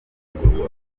gusuzugurwa